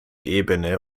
ebene